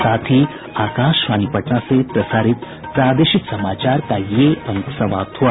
इसके साथ ही आकाशवाणी पटना से प्रसारित प्रादेशिक समाचार का ये अंक समाप्त हुआ